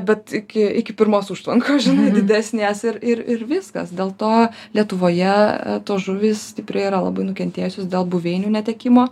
bet iki iki pirmos užtvankos žinai didesnės ir ir ir viskas dėl to lietuvoje tos žuvys stipriai yra labai nukentėjusios dėl buveinių netekimo